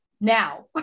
now